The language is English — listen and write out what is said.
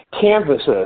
canvases